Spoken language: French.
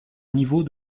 niveau